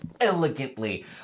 elegantly